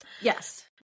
Yes